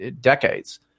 decades